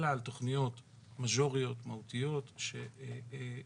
אלא על תוכניות מז'וריות מהותיות שיוכלו